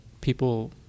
people